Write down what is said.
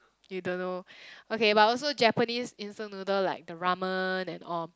you don't know okay but also Japanese instant noodle like the ramen and all